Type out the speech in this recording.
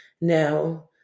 Now